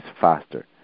faster